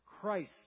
Christ